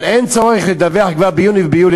אבל אין צורך לדווח כבר ביוני וביולי.